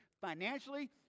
financially